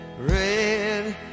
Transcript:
red